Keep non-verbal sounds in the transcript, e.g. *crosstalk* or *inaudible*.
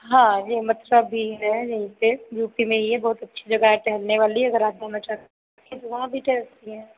हाँ यह मथुरा भी है यहीं पर यू पी में ही है बहुत अच्छी जगह है टहलने वाली अगर आप वहाँ *unintelligible* वहाँ भी टहल सकती हैं